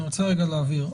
אני רוצה רגע להבהיר,